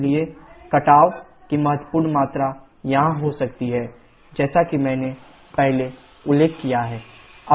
इसलिए कटाव की महत्वपूर्ण मात्रा यहां हो सकती है जैसा कि मैंने पहले उल्लेख किया है